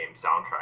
soundtrack